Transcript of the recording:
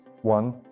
One